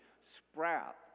sprout